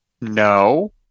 No